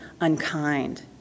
unkind